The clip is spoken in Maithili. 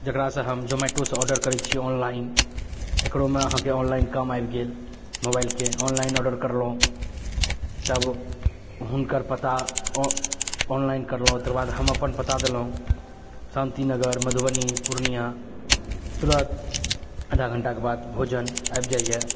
जकरासँ हम जोमैटोसँ आर्डर करै छी ऑनलाइन एकरोमे अहाँके ऑनलाइन काम आबि गेल मोबाइलके ऑनलाइन ऑर्डर करलहुँ तब हुनकर पता ऑनलइन करलहुँ तकर बाद हम अपन पता देलहुँ शान्तिनगर मधुबनी पूर्णिया तुरत आधा घण्टाके बाद भोजन आबि जाइए